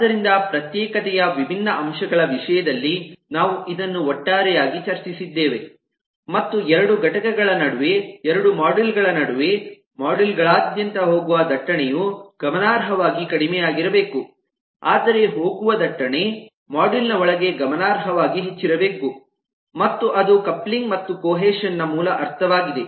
ಆದ್ದರಿಂದ ಪ್ರತ್ಯೇಕತೆಯ ವಿಭಿನ್ನ ಅಂಶಗಳ ವಿಷಯದಲ್ಲಿ ನಾವು ಇದನ್ನು ಒಟ್ಟಾರೆಯಾಗಿ ಚರ್ಚಿಸಿದ್ದೇವೆ ಮತ್ತು ಎರಡು ಘಟಕಗಳ ನಡುವೆ ಎರಡು ಮಾಡ್ಯೂಲ್ ಗಳ ನಡುವೆ ಮಾಡ್ಯೂಲ್ ಗಳಾದ್ಯಂತ ಹೋಗುವ ದಟ್ಟಣೆಯು ಗಮನಾರ್ಹವಾಗಿ ಕಡಿಮೆಯಾಗಿರಬೇಕು ಆದರೆ ಹೋಗುವ ದಟ್ಟಣೆ ಮಾಡ್ಯೂಲ್ ನ ಒಳಗೆ ಗಮನಾರ್ಹವಾಗಿ ಹೆಚ್ಚಿರಬೇಕು ಮತ್ತು ಅದು ಕಪ್ಲಿಂಗ್ ಮತ್ತು ಕೋಹೇಷನ್ ನ ಮೂಲ ಅರ್ಥವಾಗಿದೆ